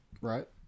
right